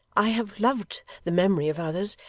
i have loved the memory of others,